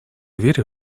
верю